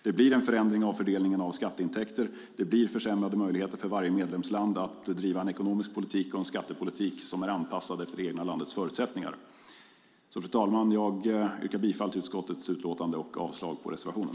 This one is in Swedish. Det blir en förändring av fördelningen av skatteintäkter, och det blir försämrade möjligheter för varje medlemsland att driva en ekonomisk politik och en skattepolitik som är anpassad efter det egna landets förutsättningar. Fru talman! Jag yrkar bifall till utskottets förslag i utlåtandet och avslag på reservationen.